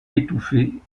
étouffée